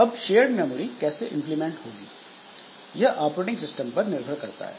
अब shared memory कैसे implement होगी यह ऑपरेटिंग सिस्टम पर निर्भर करता है